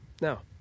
Now